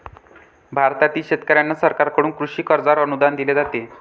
भारतातील शेतकऱ्यांना सरकारकडून कृषी कर्जावर अनुदान दिले जाते